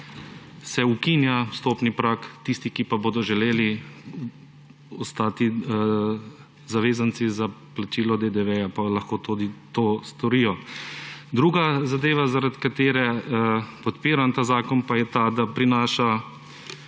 se ukinja vstopni prag. Tisti, ki pa bodo želeli ostati zavezanci za plačilo DDV, potem lahko tudi to storijo. Druga zadeva, zaradi katere podpiram ta zakon, pa je, da prinaša